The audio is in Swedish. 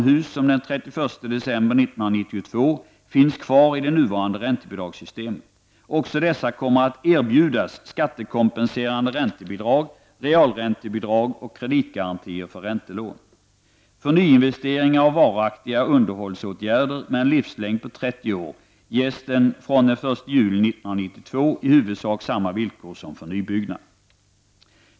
december 1992 finns kvar i det nuvarande räntebidragssystemet. Också dessa kommer att erbjudas skattekompenserande räntebidrag, realräntebidrag och kreditgarantier för räntelån. För nyinvesteringar och varaktiga underhållsåtgärder med en livslängd på 30 år ges från den 1 juli 1992 i huvudsak samma villkor som för nybyggnad.